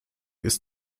ist